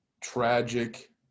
tragic